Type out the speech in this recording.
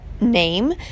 name